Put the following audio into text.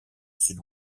sud